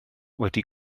wedi